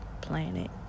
planet